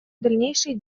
дальнейшей